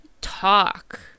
talk